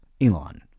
Elon